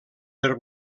per